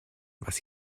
was